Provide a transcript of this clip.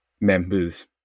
members